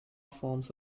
forms